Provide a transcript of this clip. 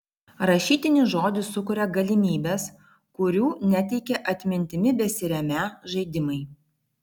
rašytinis žodis sukuria galimybes kurių neteikė atmintimi besiremią žaidimai